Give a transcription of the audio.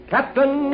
Captain